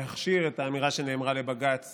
להכשיר את האמירה שנאמרה לבג"ץ